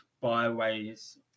byways